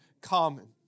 common